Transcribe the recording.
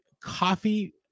coffee